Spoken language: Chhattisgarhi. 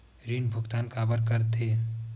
ऋण भुक्तान काबर कर थे?